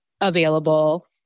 available